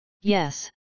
yes